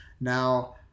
Now